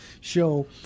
show